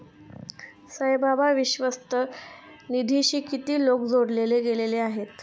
साईबाबा विश्वस्त निधीशी किती लोक जोडले गेले आहेत?